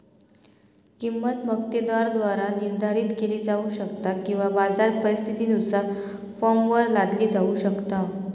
किंमत मक्तेदाराद्वारा निर्धारित केली जाऊ शकता किंवा बाजार परिस्थितीनुसार फर्मवर लादली जाऊ शकता